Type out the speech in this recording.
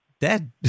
dead